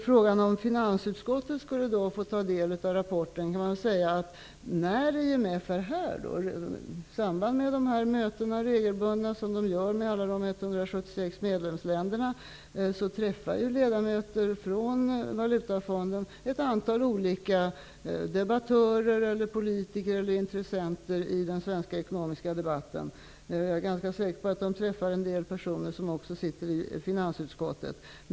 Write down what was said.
På frågan om finansutskottet skall få ta del av rapporten vill jag svara att representanter för alla de 176 medlemsländerna, när de är här i samband med IMF:s regelbundna möten, träffar ett antal olika debattörer, politiker och intressenter i den svenska ekonomiska debatten. Jag är ganska säker på att de också träffar en del personer som också sitter i finansutskottet.